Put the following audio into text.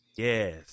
yes